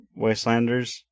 Wastelanders